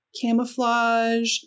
camouflage